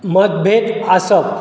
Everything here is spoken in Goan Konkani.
मतभेद आसप